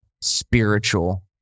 spiritual